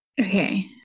okay